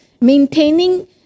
Maintaining